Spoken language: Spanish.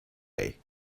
ray